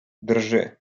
drży